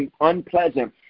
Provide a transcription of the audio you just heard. unpleasant